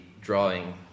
drawing